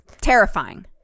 terrifying